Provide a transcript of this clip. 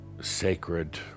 sacred